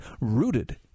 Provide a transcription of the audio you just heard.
rooted